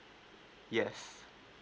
yes